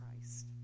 Christ